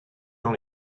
dans